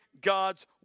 God's